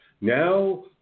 Now